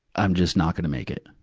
i'm just not gonna make it.